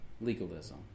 legalism